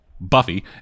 Buffy